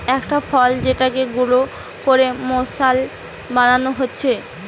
একটা ফল যেটাকে গুঁড়ো করে মশলা বানানো হচ্ছে